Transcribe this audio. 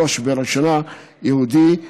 ובראש ובראשונה יהודי.